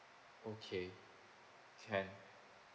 okay can